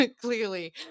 clearly